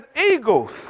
eagles